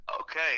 Okay